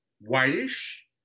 whitish